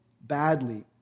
badly